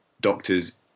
doctors